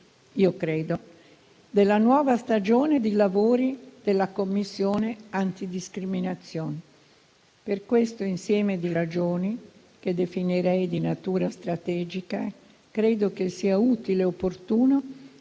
io credo - della nuova stagione di lavori della Commissione antidiscriminazione. Per questo insieme di ragioni, che definirei di natura strategica, credo che sia utile e opportuno